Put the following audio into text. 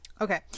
Okay